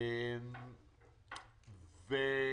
אני